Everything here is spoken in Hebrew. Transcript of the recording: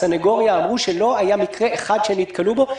בסניגוריה אמרו שלא היה מקרה אחד שהשתמשו